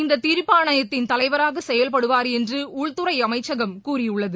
இந்த தீர்ப்பாணத்தின் தலைவராக செயல்படுவார் என்று உள்துறை அமைச்சகம் கூறியுள்ளது